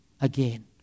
again